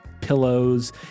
pillows